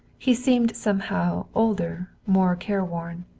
he seemed, somehow, older, more careworn.